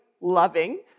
loving